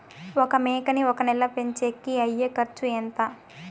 ఒక మేకని ఒక నెల పెంచేకి అయ్యే ఖర్చు ఎంత?